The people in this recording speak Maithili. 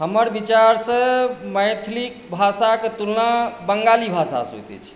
हमर विचारसँ मैथिली भाषाक तुलना बंगाली भाषासँ होइत अछि